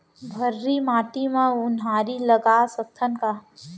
भर्री माटी म उनहारी लगा सकथन का?